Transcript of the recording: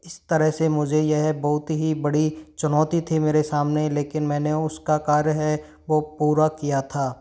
इस तरह से मुझे यह बहुत ही बड़ी चुनौती थी मेरे सामने लेकिन मैंने उसका कार्य है वो पूरा किया था